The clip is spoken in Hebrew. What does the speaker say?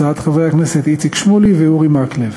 הצעות לסדר-היום של חברי הכנסת איציק שמולי ואורי מקלב,